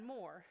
more